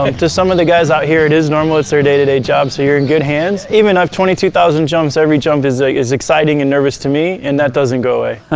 like to some of the guys out here, it is normal, it's their day-to-day job, so you're in good hands. even at um twenty two thousand jumps, every jump is ah is exciting and nervous to me, and that doesn't go away.